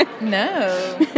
No